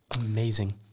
Amazing